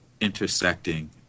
intersecting